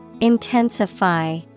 Intensify